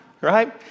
Right